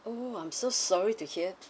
oh I'm so sorry to hear